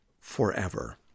forever